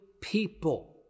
people